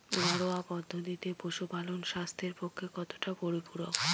ঘরোয়া পদ্ধতিতে পশুপালন স্বাস্থ্যের পক্ষে কতটা পরিপূরক?